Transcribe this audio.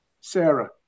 Sarah